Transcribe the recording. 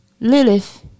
Lilith